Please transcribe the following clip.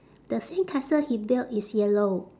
the sandcastle he build is yellow